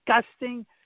disgusting